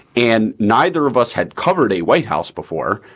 and neither of us had covered a white house before,